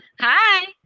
Hi